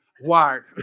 wired